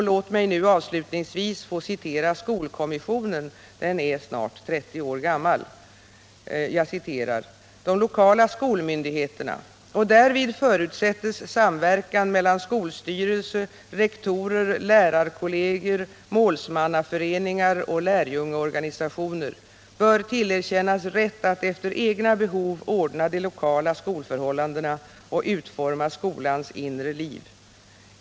Låt mig nu avslutningsvis få citera skolkommissionen — den är snart 30 år gammal. ”De lokala skolmyndigheterna — och därvid förutsätts samverkan mellan skolstyrelse, rektorer, lärarkollegier, målsmannaföreningar och lärjungeorganizationer — bör tillerkännas rätt att efter egna behov ordna de lokala skolförhållandena och utforma skolans inre liv.